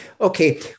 okay